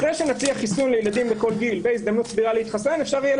אחרי שנציע חיסון לילדים בכל גיל והזדמנות סבירה להתחסן אפשר יהיה